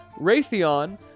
Raytheon